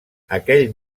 aquell